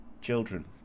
children